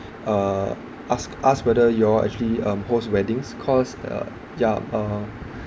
uh ask ask whether you all actually um host weddings cause uh ya uh